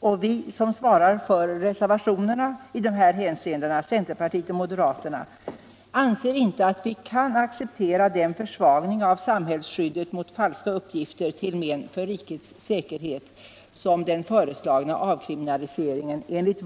och vi från centerpartiet och moderaterna, som svarar för reservationerna i de här hänseendena, anser inte att vi kan acceptera den försvagning av samhällsskyddet mot falska uppgifter till men för rikets säkerhet som den föreslagna avkriminaliseringen innebär.